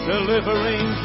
Delivering